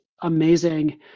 amazing